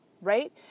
right